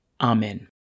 Amen